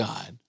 God